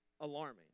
alarming